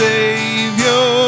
Savior